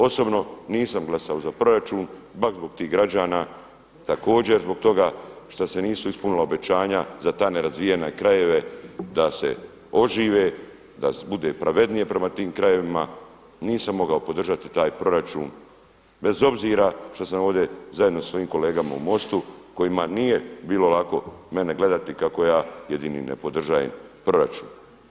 Osobno nisam glasao za proračun, baš zbog tih građana, također zbog toga šta se nisu ispunila obećanja za te nerazvijene krajeve da se ožive, da bude pravednije prema tim krajevima, nisam mogao podržati taj proračun bez obzira šta sam ovdje zajedno sa svojim kolegama u MOST-u kojima nije bilo lako mene gledati kako ja jedini ne podržavam proračun.